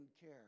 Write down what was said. care